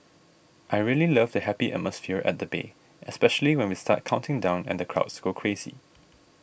I really love the happy atmosphere at the bay especially when we start counting down and the crowds go crazy